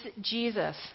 Jesus